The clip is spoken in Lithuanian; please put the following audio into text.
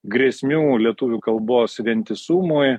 grėsmių lietuvių kalbos vientisumui